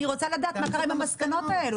אני רוצה לדעת מה קרה עם המסקנות האלה,